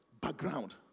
background